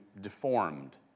deformed